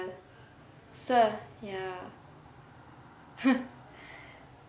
so ya ha